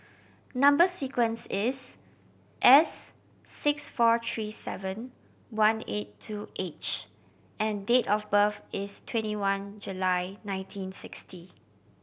number sequence is S six four three seven one eight two H and date of birth is twenty one July nineteen sixty